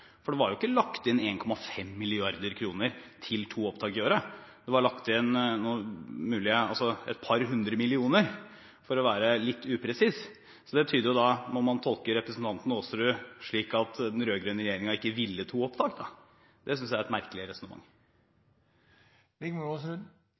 for det var jo ikke lagt inn 1,5 mrd. kr til to opptak i året? Det var lagt inn et par hundre millioner, for å være litt upresis. Det tyder jo på at man må tolke representanten Aasrud slik at den rød-grønne regjeringen ikke ville ha to opptak. Det synes jeg er et merkelig resonnement.